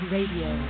Radio